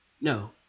No